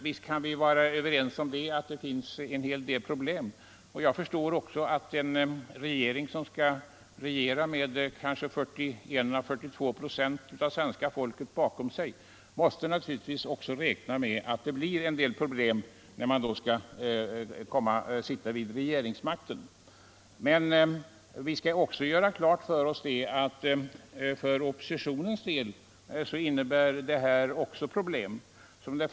Visst kan vi vara överens om att jämviktsläget medför en hel del problem. Det är naturligtvis ett problem att sitta vid regeringsmakten med 41 å 42 procent av svenska folket bakom sig. Men det innebär också problem för oppositionen.